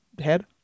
head